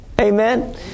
Amen